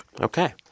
Okay